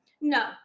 No